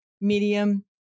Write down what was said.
medium